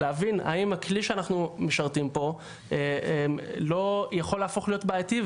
להבין האם הכלי שאנחנו משרתים פה לא יהפוך להיות בעייתי,